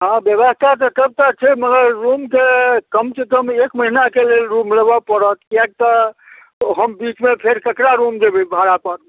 हँ व्यवस्था तऽ सबटा छै मगर रूमके कम सँ कम एक महीनाके लेल रूम लेबऽ पड़त किआक तऽ हम बीचमे फेर ककरा रूम देबय भाड़ापर